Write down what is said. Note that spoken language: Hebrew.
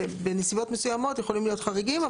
בנסיבות מסוימות יכולים להיות חריגים.